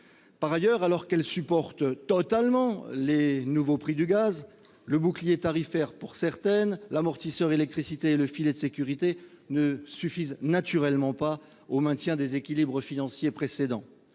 Par ailleurs, alors que les communes supportent entièrement les nouveaux prix du gaz, le bouclier tarifaire- pour certaines -, l'amortisseur électricité et le filet de sécurité ne suffisent pas au maintien des équilibres financiers précédents.